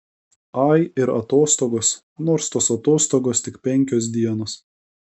ai ir atostogos nors tos atostogos tik penkios dienos